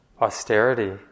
austerity